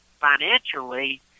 financially